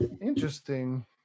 Interesting